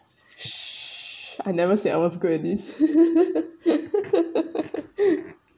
I never said I was good at this